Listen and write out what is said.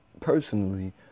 personally